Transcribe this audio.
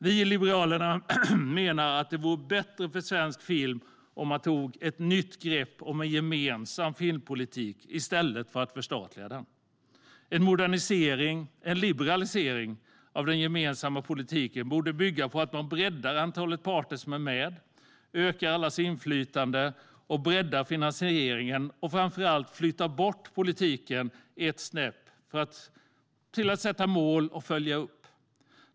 Vi i Liberalerna menar att det vore bättre för svensk film om man tog ett nytt grepp om en gemensam filmpolitik i stället för att förstatliga den. En modernisering - en liberalisering - av den gemensamma politiken borde bygga på att man breddar antalet parter som är med, ökar allas inflytande och breddar finansieringen. Framför allt borde det bygga på att man flyttar bort politiken ett snäpp, till att sätta mål och följa upp.